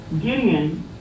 Gideon